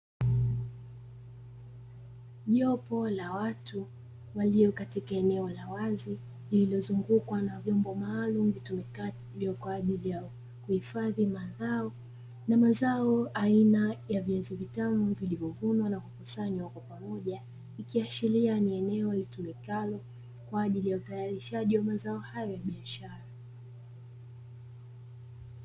Jopo la watu walio katika eneo la wazi, lililozungukwa na vyombo maalumu vitumikavyo kwa ajili ya kuhifadhi mazao, na mazao aina ya viazi vitamu yamevunwa na kukusanywa kwa pamoja, ikiashiria ni eneo litumikalo kwa ajili ya utayarishaji wa mazao hayo ya biashara.